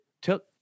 took